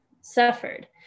suffered